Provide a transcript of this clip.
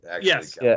Yes